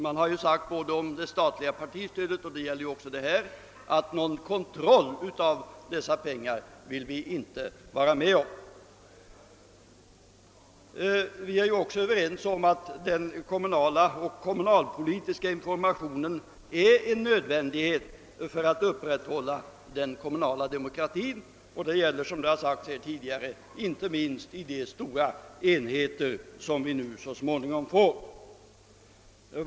Man har uttalat beträffande det statliga partistödet — och detta måste ju gälla även det kommunala — att vi inte vill vara med om någon kontroll av hur pengarna används. Vi är också ense om att den kommunalpolitiska informationen är en nödvändighet för att upprätthålla den kommunala demokratin. Detta gäller, som sagts här tidigare, inte minst i de stora enheter som vi nu så småningom får.